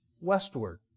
westward